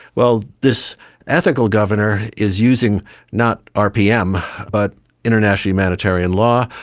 well, this ethical governor is using not rpm but international humanitarian law,